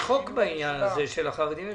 יש חוק בעניין של החרדים.